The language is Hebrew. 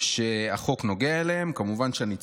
שהחוק נוגע אליהן, כמובן שאני צוחק,